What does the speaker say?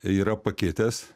yra pakitęs